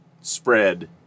spread